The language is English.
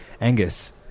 Angus